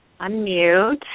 unmute